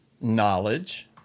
knowledge